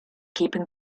keeping